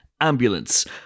Ambulance